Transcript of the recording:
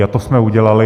A to jsme udělali.